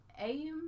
aim